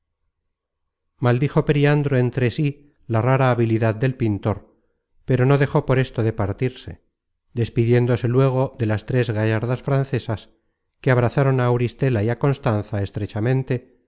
maldijo periandro entre sí la rara habilidad del pintor pero no dejó por esto de partirse despidiéndose luego de las tres gallardas francesas que abrazaron á auristela y á constanza estrechamente